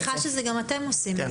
אני מניחה שגם אתם עושים את זה.